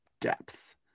depth